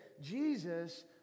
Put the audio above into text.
Jesus